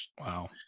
Wow